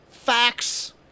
Facts